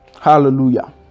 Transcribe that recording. hallelujah